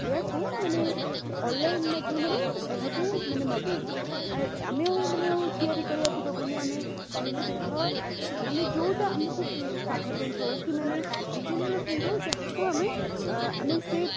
ଏହାକୁ ମାନେ ଅନ୍ଲାଇନ୍ ମାଧ୍ୟମରେ ଏହାକୁ ମାନେ ମଗାଇବୁ ଆମେ ଆଉ ମାନେ ଆଉ ତିଆରି କରିବାକୁ ଦେବୁନି ଆମେ କହିବୁ ଦେଖ ଆମେ ଯେଉଁଟା ଆମକୁ ସାଧା ପ୍ରିଣ୍ଟ୍ ହଉ କି ମାନେ ଡିଜାଇନ୍ ବାଲା ପ୍ରିଣ୍ଟ୍ ହଉ ଯାହାକୁ ଆମେ ଆମେ ସେ